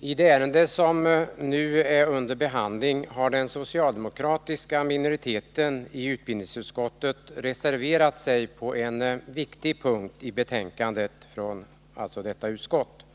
Herr talman! I det ärende som nu är under behandling har den socialdemokratiska minoriteten i utbildningsutskottet reserverat sig på en viktig punkt i betänkandet från utskottet.